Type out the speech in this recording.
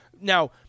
Now